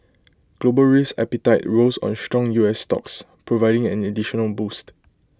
global risk appetite rose on strong U S stocks providing an additional boost